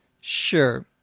Sure